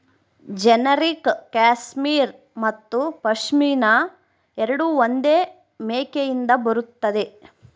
generic cashmere ಮತ್ತು ಪಶ್ಮಿನಾ ಎರಡೂ ಒಂದೇ ಮೇಕೆಯಿಂದ ಬರುತ್ತದೆ